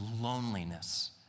loneliness